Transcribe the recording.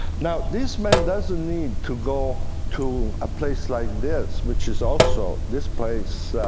now, this man doesn't need to go to a place like this, which is also this place,